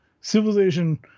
civilization